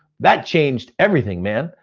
that changed everything, man.